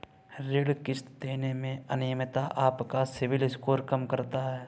ऋण किश्त देने में अनियमितता आपका सिबिल स्कोर कम करता है